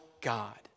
God